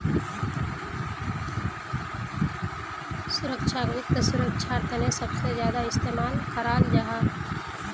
सुरक्षाक वित्त सुरक्षार तने सबसे ज्यादा इस्तेमाल कराल जाहा